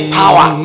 power